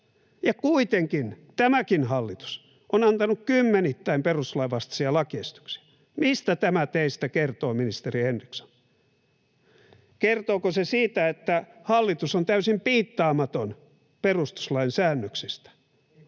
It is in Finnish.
ja kuitenkin tämäkin hallitus on antanut kymmenittäin perustuslain vastaisia lakiesityksiä. Mistä tämä teistä kertoo, ministeri Henriksson? Kertooko se siitä, että hallitus on täysin piittaamaton perustuslain säännöksistä?